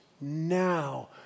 now